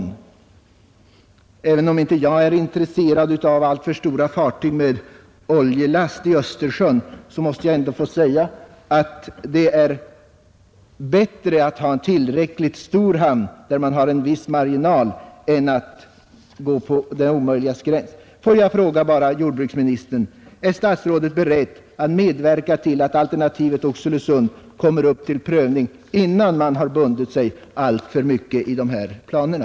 Och även om jag inte är intresserad av alltför stora fartyg med oljelast i Östersjön måste jag säga att det är bättre att ha en tillräckligt stor hamn, där man har en viss marginal, än att balansera på gränsen till det omöjliga. Får jag fråga jordbruksministern: Är herr statsrådet beredd att medverka till att alternativet Oxelösund kommer upp till prövning, innan man har bundit sig alltför mycket i de inledningsvis nämnda planerna?